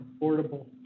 affordable